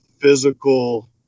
physical